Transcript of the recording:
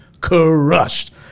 crushed